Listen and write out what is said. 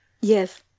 yes